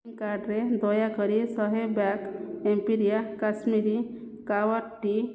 shopping କାର୍ଟ୍ରେ ଦୟାକରି ଶହେ ବ୍ୟାଗ୍ ଏମ୍ପିରିଆ କାଶ୍ମିରୀ କାୱା ଟି'